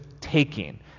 taking